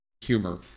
humor